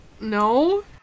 No